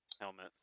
Helmet